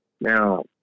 Now